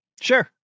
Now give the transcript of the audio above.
sure